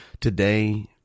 today